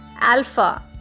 Alpha